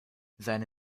seine